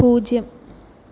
പൂജ്യം